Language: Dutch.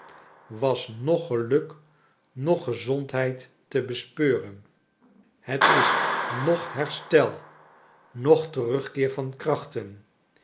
was noch geluk noch gezondheid te bespeuren het is noch herstel noch terugkeer van krachten